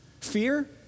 fear